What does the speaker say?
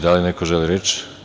Da li neko želi reč?